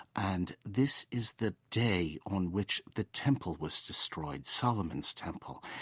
and this is the day on which the temple was destroyed, solomon's temple.